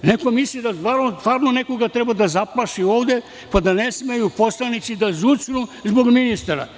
Neko misli da nekoga treba da zaplaši ovde, pa da ne smeju poslanici za zucnu zbog ministara.